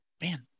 man